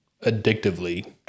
addictively